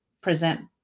present